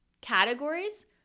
categories